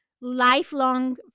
lifelong